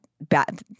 bad